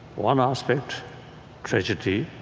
one aspect tragedy,